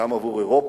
גם עבור אירופה,